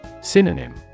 Synonym